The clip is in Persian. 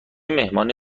مهمانی